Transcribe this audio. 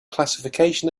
classification